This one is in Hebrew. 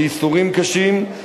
בייסורים קשים,